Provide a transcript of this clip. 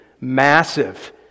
Massive